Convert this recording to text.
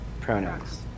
pronouns